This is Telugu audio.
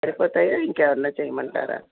సరిపోతాయా ఇంకేమైనా చెయ్యమంటారా